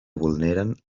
vulneren